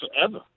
forever